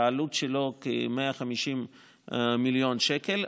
שהעלות שלו היא כ-150 מיליון שקל.